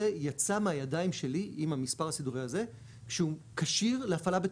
יצא מהידיים שלי עם המספר הסידורי הזה שהוא כשיר להפעלה בטוחה.